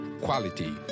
Quality